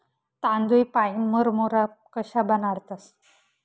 तांदूय पाईन मुरमुरा कशा बनाडतंस?